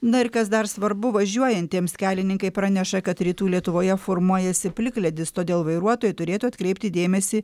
na ir kas dar svarbu važiuojantiems kelininkai praneša kad rytų lietuvoje formuojasi plikledis todėl vairuotojai turėtų atkreipti dėmesį